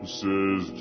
says